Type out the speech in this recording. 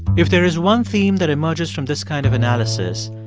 if there is one theme that emerges from this kind of analysis,